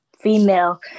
female